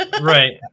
right